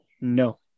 No